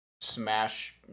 Smash